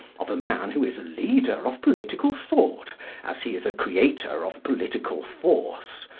of a man who is a leader of political thought as he is a creator of political force,